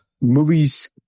Movies